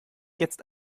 jetzt